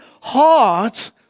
heart